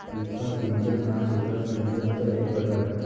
उपसा सिंचन हा शेतात सिंचनाचा एक प्रकार आहे